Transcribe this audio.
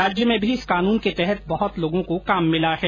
राज्य में भी इस कानून के तहत बहुत लोगों को काम मिला है